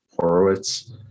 Horowitz